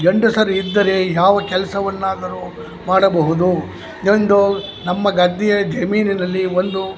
ಗಂಡಸರು ಇದ್ದರೆ ಯಾವ ಕೆಲಸವನ್ನಾದರೂ ಮಾಡಬಹುದು ನನ್ನದು ನಮ್ಮ ಗದ್ದೆಯ ಜಮೀನಿನಲ್ಲಿ ಒಂದು